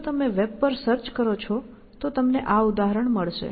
જો તમે વેબ પર સર્ચ કરો છો તો તમને આ ઉદાહરણ મળશે